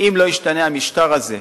אם לא ישתנה המשטר הזה,